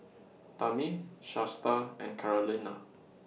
Tammi Shasta and Carolina